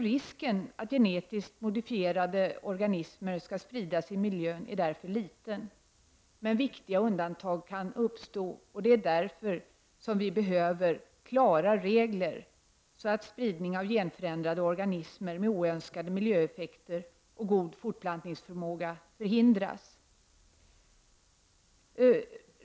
Risken att genetiskt modifierade organismer skall spridas i miljön är därför liten, men viktiga undantag kan uppstå. Därför behöver vi klara regler, så att spridning av genförändrade organismer med oönskade miljöeffekter och god fortplantningsförmåga förhindras.